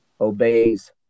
obeys